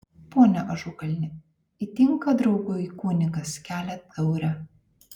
pone ažukalni įtinka draugui kunigas kelia taurę